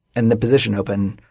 and the position open,